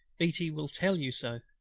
beatty will tell you so.